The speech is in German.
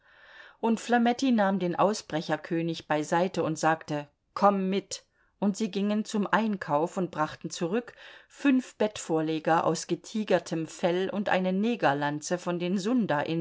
und flametti nahm den ausbrecherkönig beiseite und sagte komm mit und sie gingen zum einkauf und brachten zurück fünf bettvorleger aus getigertem fell und eine negerlanze von den